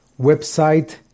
Website